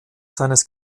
seines